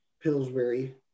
pillsbury